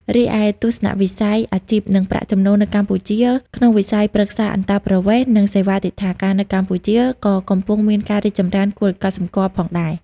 រីឯ ទស្សនវិស័យអាជីព និងប្រាក់ចំណូលនៅកម្ពុជា ក្នុងវិស័យប្រឹក្សាអន្តោប្រវេសន៍ និងសេវាទិដ្ឋាការនៅកម្ពុជាក៏កំពុងមានការរីកចម្រើនគួរឱ្យកត់សម្គាល់ផងដែរ។